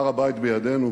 הר-הבית בידינו,